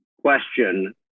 question